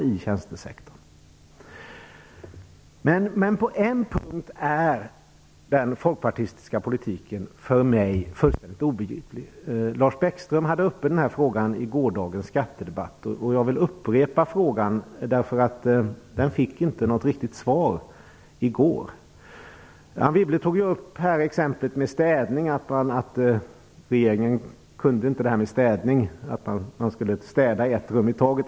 På en punkt är dock den folkpartistiska politiken för mig fullständigt obegriplig. Lars Bäckström hade den här frågan uppe i gårdagens skattedebatt. Jag vill upprepa den, för den fick inte något riktigt svar i går. Anne Wibble tog ju här upp exemplet med städning och att regeringen inte kunde det här med städning; man skulle städa ett rum i taget.